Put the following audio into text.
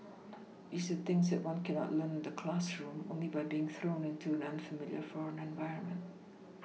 these are things that one cannot learn in the classroom only by being thrown into an unfamiliar foreign environment